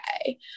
okay